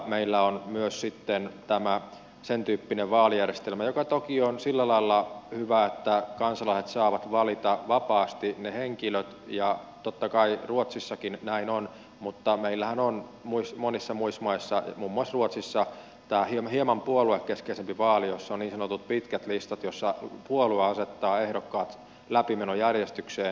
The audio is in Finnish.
meillä on myös sen tyyppinen vaalijärjestelmä joka toki on sillä lailla hyvä että kansalaiset saavat valita vapaasti ne henkilöt ja totta kai ruotsissakin näin on mutta meillähän on monissa muissa maissa muun muassa ruotsissa hieman puoluekeskeisempi vaali jossa on niin sanotut pitkät listat joissa puolue asettaa ehdokkaat läpimenojärjestykseen